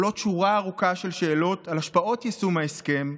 עולות שורה ארוכה של שאלות על השפעות יישום ההסכם,